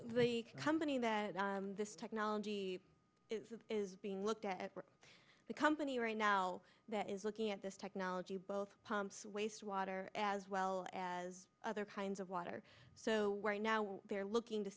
the company that this technology is being looked at the company right now that is looking at this technology both waste water as well as other kinds of water so right now what they're looking to